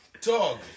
Dog